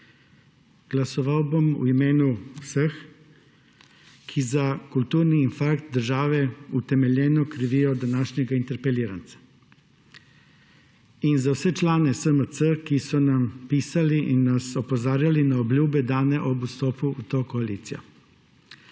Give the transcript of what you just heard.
Glasoval bom v imenu vseh, ki za kulturni infarkt države utemeljeno krivijo današnjega interpeliranca. Za vse člane SMC, ki so nam pisali in nas opozarjali na obljube, dane ob vstopu v to koalicijo,